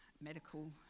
medical